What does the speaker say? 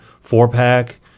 four-pack